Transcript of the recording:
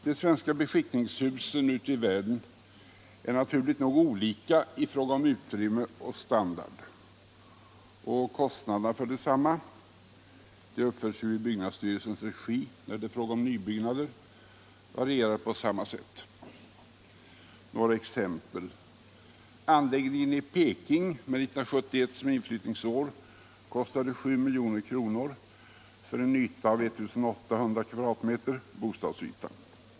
De svenska beskickningshusen ute i världen är naturligt nog olika i fråga om utrymme och standard, och kostnaderna för desamma — de uppförs ju i byggnadsstyrelsens regi när det är fråga om nybyggnader — varierar på samma sätt. Några exempel: Anläggningen i Peking med 1971 som inflyttningsår kostade 7 milj.kr. för en bostadsyta av 1 800 m'.